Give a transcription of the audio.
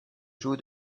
joue